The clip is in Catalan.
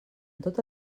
tota